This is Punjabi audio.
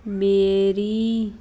ਮੇਰੀ